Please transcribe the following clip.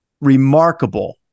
remarkable